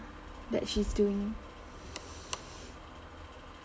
that she's doing